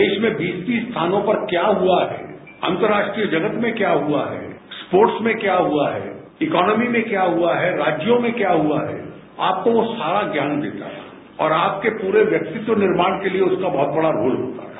देश में बीस तीस स्थानों पर क्या हुआ है अंतर्राष्ट्रीय जगत में क्या हुआ है स्पोर्ट्स में क्या हुआ है इकॉनोमी में क्या हुआ है राज्यों में क्या हुआ है आपको वो सारा ज्ञान देता है और आपके पूरे व्यक्तित्व निर्माण के लिए उसका बहुत बड़ा रोल होता था